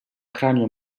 cranio